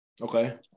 Okay